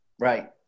Right